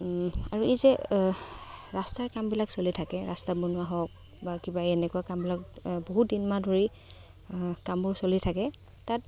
আৰু এই যে ৰাস্তাৰ কামবিলাক চলি থাকে ৰাস্তা বনোৱা হওক বা কিবা এনেকুৱা কামবিলাক বহুত দিন মাহ ধৰি কামবোৰ চলি থাকে তাত